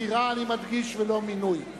בחירה, אני מדגיש, ולא מינוי.